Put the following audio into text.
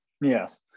Yes